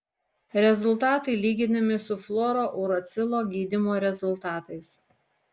rezultatai lyginami su fluorouracilo gydymo rezultatais